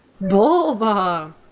Bulba